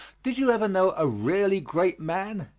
did you ever know a really great man?